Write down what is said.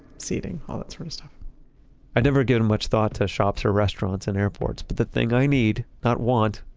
seating, all that sort of stuff i'd never given much thought to shops or restaurants in airports, but the thing i need, not want,